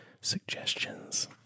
suggestions